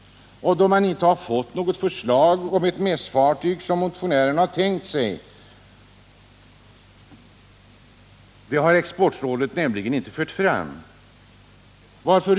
Något förslag om ett mässfartyg såsom motionärerna har tänkt sig har exportrådet inte fört fram.